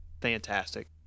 fantastic